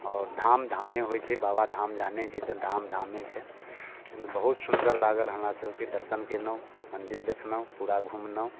आओर धाम धामे होइ छै बाबाधाम जहने छै तऽ धाम धामे छै बहुत सुन्दर लागल हमरा सभके दर्शन केनौ मन्दिर देखनौ पूरा घुमनौ